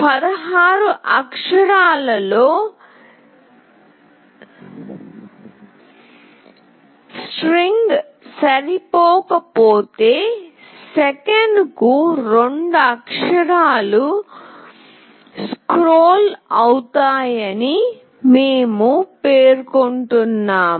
16 అక్షరాలలో స్ట్రింగ్ సరిపోకపోతే సెకనుకు 2 అక్షరాలు స్క్రోల్ అవుతాయని మేము పేర్కొంటున్నాము